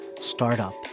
Startup